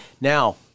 Now